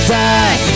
die